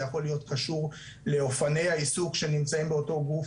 זה יכול להיות קשור לאופני העיסוק שנמצאים באותו גוף,